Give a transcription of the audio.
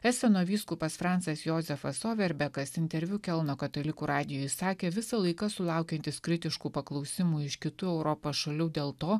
eseno vyskupas francas jozefas overbekas interviu kelno katalikų radijui sakė visą laiką sulaukiantis kritiškų paklausimų iš kitų europos šalių dėl to